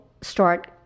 start